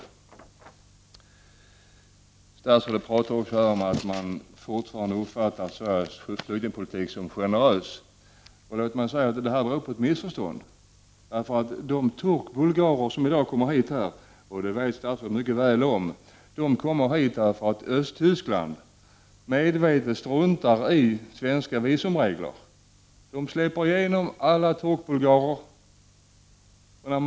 Statsrådet talar också här om att man fortfarande uppfattar Sveriges flyktingpolitik som generös. Låt mig då säga att det här har rått ett missförstånd. De turkbulgarer som kommer hit i dag, vilket statsrådet mycket väl vet om, kommer hit därför att Östtyskland medvetet struntar i svenska visumregler. Östtyskarna släpper igenom alla turkbulgarer.